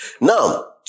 Now